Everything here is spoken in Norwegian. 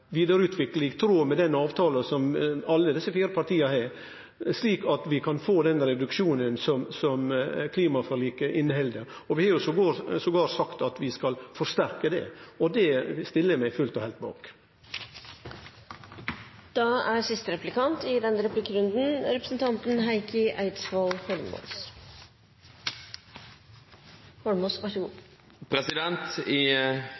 i tråd med den avtalen alle desse fire partia har, slik at vi kan få den reduksjonen som står i klimaforliket. Vi har også sagt at vi skal forsterke det. Det stiller eg meg fullt og heilt bak. Ifølge det jeg har lest i Fremskrittspartiets program, er det sånn at man ikke går inn og bruker føre-var i